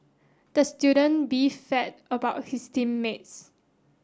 the student about his team mates